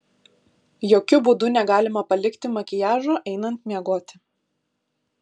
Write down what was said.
jokiu būdu negalima palikti makiažo einant miegoti